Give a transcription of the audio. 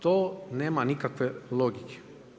To nema nikakve logike.